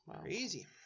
Crazy